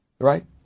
Right